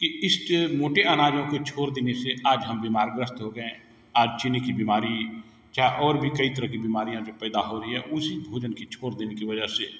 कि मोटे अनाजों को छोड़ देने से आज हम बीमार ग्रस्त हो गए हैं आज चीनी की बीमारी चाहे और भी कई तरह की बीमारियाँ भी पैदा हो रही हैं उसी भोजन की छोड़ देने की वजह से